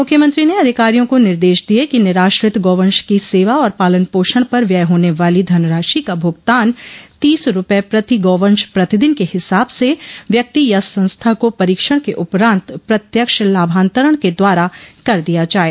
मुख्यमंत्री ने अधिकारियों को निर्देश दिये कि निराश्रित गौवंश की सेवा और पालन पोषण पर व्यय होने वाली धनराशि का भुगतान तीस रूपये प्रति गौवंश प्रतिदिन के हिसाब से व्यक्ति या संस्था को परीक्षण के उपरांत प्रत्यक्ष लाभांतरण के द्वारा कर दिया जाये